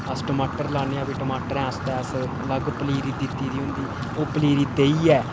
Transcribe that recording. अस टमाटर लान्नेआं फ्ही टमाटरैं आस्तै अस लग्ग पनीरी दित्ती दी होंदी ओह् पनीरी देइयै